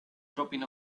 dropping